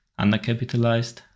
Undercapitalized